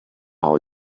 how